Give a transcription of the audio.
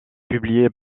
publié